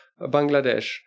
Bangladesh